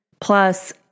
Plus